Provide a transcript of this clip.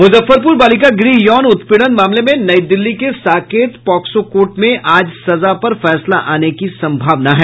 मुजफ्फरपुर बालिका गृह यौन उत्पीड़न मामले में नई दिल्ली के साकेत पॉक्सो कोर्ट में आज सजा पर फैसला आने की संभावना है